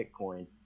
Bitcoin